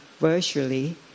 virtually